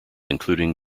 including